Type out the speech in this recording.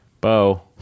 bo